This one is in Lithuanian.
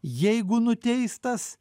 jeigu nuteistas